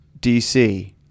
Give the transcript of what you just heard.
dc